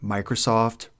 Microsoft